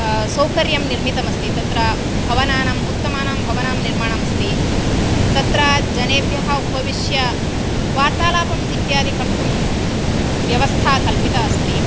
सौकर्यं निर्मितम् अस्ति तत्र भवनानाम् उत्तमानां भवनं निर्मतम् अस्ति तत्र जनेभ्यः उपविश्य वार्तालापम् इत्यादि कर्तुं व्यवस्था कल्पिता अस्ति